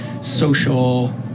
social